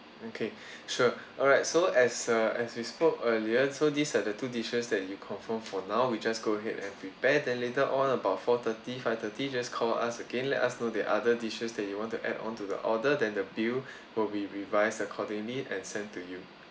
okay sure alright so as uh as we spoke earlier so these are the two dishes that you confirm for now we just go ahead and prepare then later on about four-thirty five-thirty just call us again let us know the other dishes that you want to add on to your order than the bill will be revised accordingly and sent to you